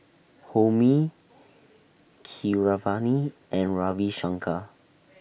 Homi Keeravani and Ravi Shankar